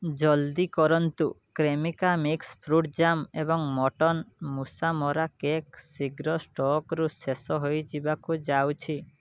ଜଲ୍ଦି କରନ୍ତୁ କ୍ରେମିକା ମିକ୍ସ୍ ଫ୍ରୁଟ୍ ଜାମ୍ ଏବଂ ମୋର୍ଟିନ୍ ମୂଷା ମରା କେକ୍ ଶୀଘ୍ର ଷ୍ଟକ୍ରୁ ଶେଷ ହେଇଯିବାକୁ ଯାଉଛି